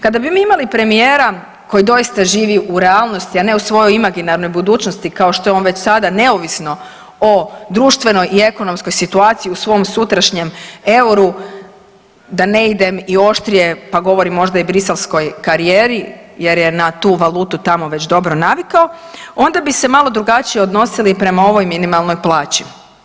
Kada bi mi imali premijera koji doista živi u realnosti, a ne u svojoj imaginarnoj budućnosti kao što je on već sada neovisno o društvenoj i ekonomskoj situaciji u svom sutrašnjem EUR-u, da ne idem i oštrije pa govorim možda i bruxelleskoj karijeri jer na tu valutu tamo već dobro navikao, onda bi se malo drugačije odnosili prema ovoj minimalnoj plaći.